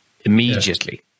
immediately